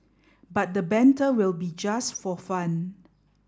but the banter will be just for fun